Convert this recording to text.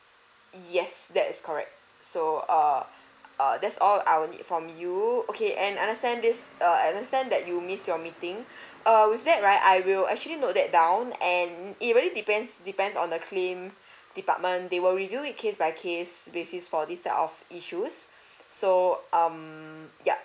yes that's correct so uh uh that's all I will need from you okay and understand this uh I understand that you miss your meeting err with that right I will actually note that down and it really depends depends on the claim department they will review it case by case basis for this type of issues so um yup